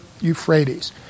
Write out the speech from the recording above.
Euphrates